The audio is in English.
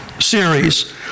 series